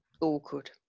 Awkward